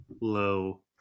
low